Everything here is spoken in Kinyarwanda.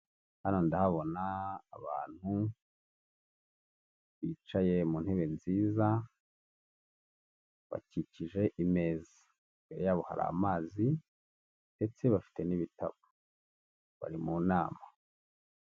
Hano ndahabona abantu bicaye mu ntebe nziza, bakikije imeza imbere yabo hari amazi ndetse bafite n'ibitabo bari mu nama.